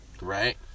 Right